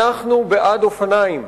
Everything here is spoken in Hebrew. אנחנו בעד אופניים.